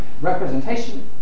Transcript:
Representation